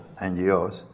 NGOs